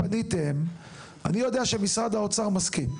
אני יודע שמשרד האוצר מסכים.